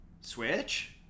Switch